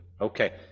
Okay